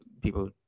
people